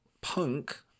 Punk